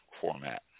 format